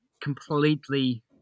completely